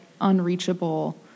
unreachable